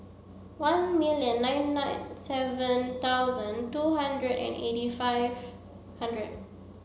one million nine nine seven thousand two hundred and eighty five hundred